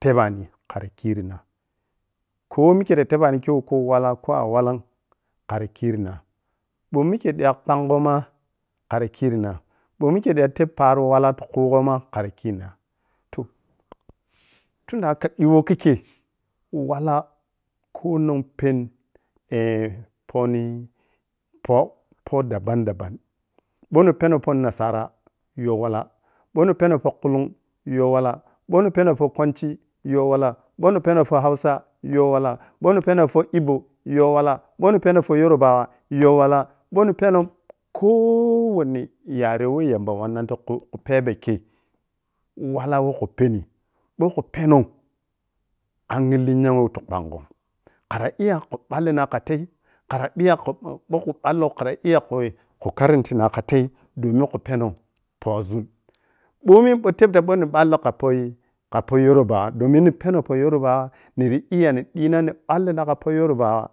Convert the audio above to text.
tebani khen khirina ko mikkei ta tebani kei woh ko wala ko awala’m khara kirina ɓou ikke ƌa kɓongho ma kkhara kirina bou mikkei ta tebbi paro wala ti khugho a kharakirina toh tunda weh diyo kikyei wala konong pɛnu pohni-poh poh dabam dabam ɓou ni pɛno poh nasara youwa la, ɓou ni pɛnɔu poh kullung youwala, ɓou ni pɛnou poh hausa youwala ɓou ni pɛno poh hausa youwala ɓou ni pɛno poh igbo yauwala, bou ni pɛno poh yoro bawa youwala, ɓou ni pɛno ko-o-o wanni yare woh yamba wannanbikhu khu phebe kei yauwala wala woh khu po ɓou khu pɛnou angyi lenya weh ta ɓangi khara iya khun ballina kha tei khara ɓiya hu ɓai-ma khu ɓallo kha iya khui khu karantina kha tei doni khu pɛnou pohzun mbomi bou teb ta ɓa manamalla kha poh-kha poh yoruba domin ni pɛno poh yarubawa niri iya nin dii na nin ɓallina kha poh yorubawa,